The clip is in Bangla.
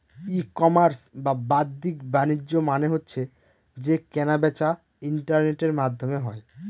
ই কমার্স বা বাদ্দিক বাণিজ্য মানে হচ্ছে যে কেনা বেচা ইন্টারনেটের মাধ্যমে হয়